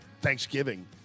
Thanksgiving